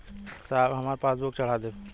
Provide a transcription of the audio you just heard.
साहब हमार पासबुकवा चढ़ा देब?